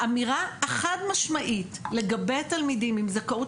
האמירה החד משמעית לגבי התלמידים עם זכאות